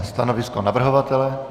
Stanovisko navrhovatele?